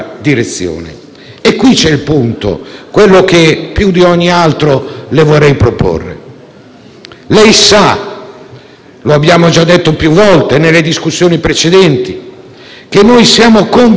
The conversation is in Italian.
dato che lo abbiamo già detto più volte nelle discussione precedenti, siamo convintissimi della necessità di un cambiamento profondo delle politiche europee.